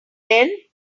then